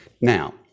Now